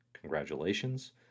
congratulations